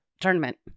tournament